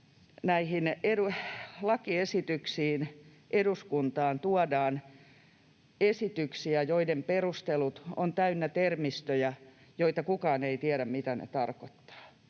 huonona sitä, että eduskuntaan tuodaan esityksiä, joiden perustelut ovat täynnä termistöjä, joista kukaan ei tiedä, mitä ne tarkoittavat,